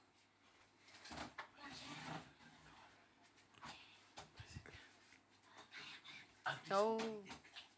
oh